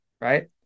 Right